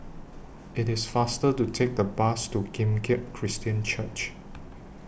IT IS faster to Take The Bus to Kim Keat Christian Church